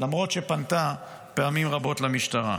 למרות שפנתה פעמים רבות למשטרה.